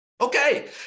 Okay